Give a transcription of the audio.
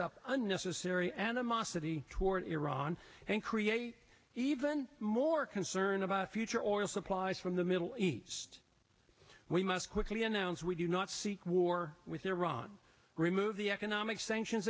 up unnecessary animosity toward iran and create even more concern about future oil supplies from the middle east we must quickly announce we do not seek war with iran remove the economic sanctions